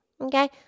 Okay